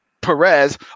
Perez